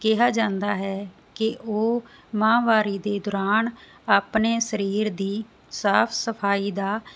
ਕਿਹਾ ਜਾਂਦਾ ਹੈ ਕਿ ਉਹ ਮਹਾਂਵਾਰੀ ਦੇ ਦੌਰਾਨ ਆਪਣੇ ਸਰੀਰ ਦੀ ਸਾਫ ਸਫਾਈ ਦਾ